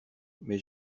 mais